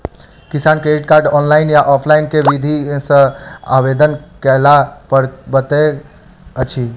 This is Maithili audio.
किसान क्रेडिट कार्ड, ऑनलाइन या ऑफलाइन केँ विधि सँ आवेदन कैला पर बनैत अछि?